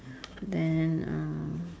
then uh